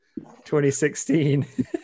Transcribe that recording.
2016